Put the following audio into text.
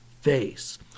face